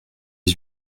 dix